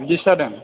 बिदिसो जादों